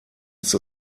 ist